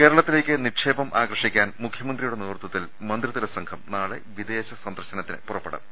കേരളത്തിലേക്ക് നിക്ഷേപം ആകർഷിക്കാൻ മുഖ്യമന്ത്രിയുടെ നേതൃത്വത്തിൽ മന്ത്രിതല സംഘം നാളെ വിദേശ സന്ദർശനത്തിന് പുറപ്പെടും